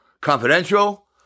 confidential